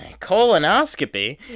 colonoscopy